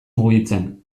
mugitzen